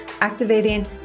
activating